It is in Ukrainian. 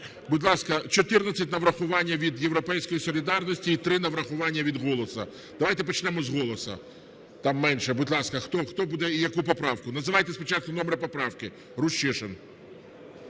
Будь ласка, 14 на врахування від "Європейської солідарності" і 3 на врахування від "Голосу". Давайте почнемо з "Голосу", там менше. Будь ласка, хто буде і яку поправку? Називайте спочатку номер поправки. Рущишин.